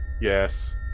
yes